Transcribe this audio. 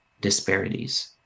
disparities